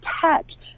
touch